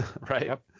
Right